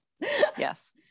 Yes